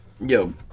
Yo